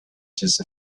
just